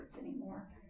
anymore